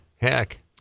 heck